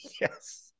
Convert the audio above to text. yes